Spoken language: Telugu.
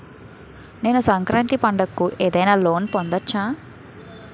నేను సంక్రాంతి పండగ కు ఏదైనా లోన్ పొందవచ్చా?